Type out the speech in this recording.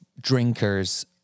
drinkers